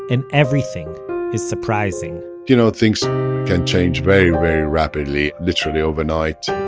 and everything is surprising you know, things can change very very rapidly. literally overnight.